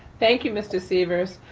thank you, mr. sievers.